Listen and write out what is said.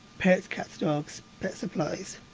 pets, cats, dogs, pet supplies.